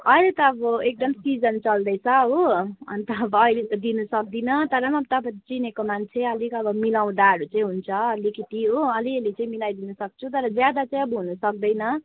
अहिले त अब एकदम सिजन चल्दैछ हो अन्त अब अहिले त दिनुसक्दिन हो तर पनि तपाईँ चिनेको मान्छे अलिक मिलाउँदाहरू चाहिँ हुन्छ अलिकति हो अलिअलि चाहिँ मिलाई दिनुसक्छु तर ज्यादा चाहिँ अब हुनुसक्दैन